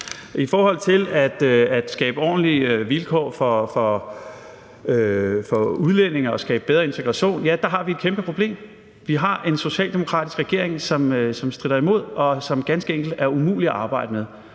I forhold til at skabe ordentlige vilkår for udlændinge og skabe bedre integration, har vi et kæmpe problem. Vi har en socialdemokratisk regering, som stritter imod, og som ganske enkelt er umulig at arbejde med,